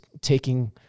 taking